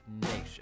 nation